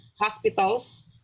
hospitals